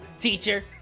Teacher